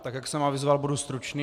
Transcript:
Tak jak jsem avizoval, budu stručný.